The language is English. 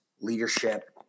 leadership